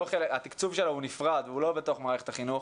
התקצוב שלה הוא נפרד והוא לא בתוך מערכת החינוך,